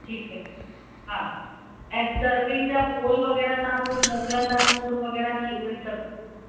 ठीकु है हा ऐं सर्विंग जा बोल वग़ैरह तव्हां कुझु मोकिलींदा स्पून वग़ैरह कि उहे सभु